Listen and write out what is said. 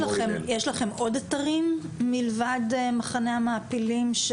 יש לכם עוד אתרים מלבד מחנה המעפילים,